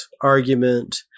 argument –